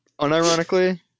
Unironically